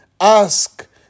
ask